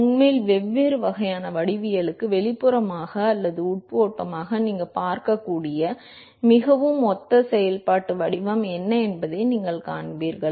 உண்மையில் வெவ்வேறு வகையான வடிவவியலுக்கு வெளிப்புறமாகவோ அல்லது உள் ஓட்டமாகவோ நீங்கள் பார்க்கக்கூடிய மிகவும் ஒத்த செயல்பாட்டு வடிவம் என்பதை நீங்கள் காண்பீர்கள்